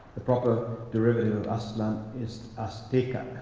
the proper derivative aztlan is azteca.